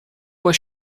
was